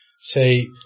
say